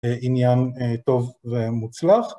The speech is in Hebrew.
עניין, טוב ומוצלח.